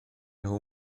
nhw